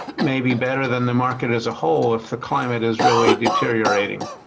maybe better than the market as a whole if the climate is really deteriorating.